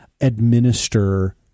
administer